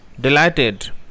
delighted